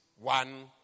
one